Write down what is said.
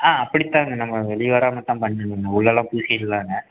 ஆ அப்படித்தாங்க நம்ம வெளியே வராமல் தான் பண்ணணுங்க உள்ளேலாம் பூசிடலாங்க